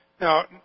Now